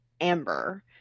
Amber